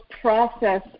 process